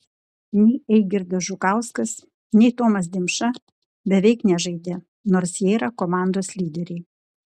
nei eigirdas žukauskas nei tomas dimša beveik nežaidė nors jie yra komandos lyderiai